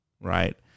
right